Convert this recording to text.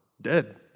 dead